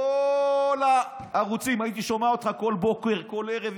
בכל הערוצים, הייתי שומע אותך כל בוקר, כל ערב.